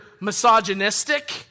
misogynistic